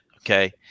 Okay